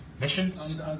missions